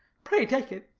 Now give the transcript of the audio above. pray, take it.